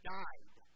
died